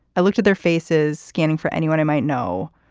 i looked at their faces, scanning for anyone i might know.